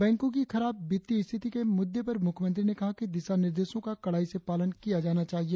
बैंको की खराब वित्तीय स्थिति के मुद्दे पर मुख्यमंत्री ने कहा कि दिशा निर्देशों का कड़ाई से पालन किया जाना चाहिए